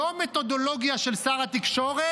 לא המתודולוגיה של שר התקשורת,